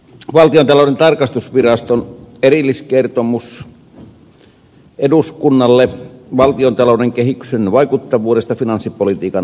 valtiontalouden tarkastusviraston erilliskertomus eduskunnalle valtiontalouden kehyksen vaikuttavuudesta finanssipolitiikan hallintavälineenä